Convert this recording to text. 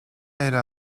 era